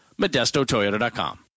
ModestoToyota.com